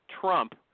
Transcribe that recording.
Trump